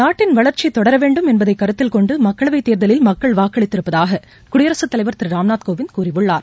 நாட்டின் வளர்ச்சி தொடர வேண்டும் என்பதை கருத்தில் கொண்டு மக்களவை தேர்தலில் மக்கள் வாக்களித்திருப்பதாக குடியரசுத் தலைவர் திரு ராம்நாத் கோவிந்த் கூறியுள்ளார்